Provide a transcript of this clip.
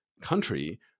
country